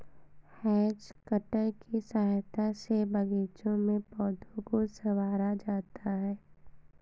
has cutter की सहायता से बागीचों में पौधों को सँवारा जाता है